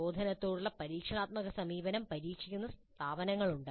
പ്രബോധനത്തോടുള്ള പരീക്ഷണാത്മക സമീപനം പരീക്ഷിക്കുന്ന സ്ഥാപനങ്ങളുണ്ട്